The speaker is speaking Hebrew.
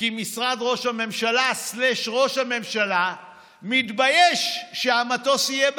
כי משרד ראש הממשלה/ראש הממשלה מתבייש שהמטוס יהיה באוויר.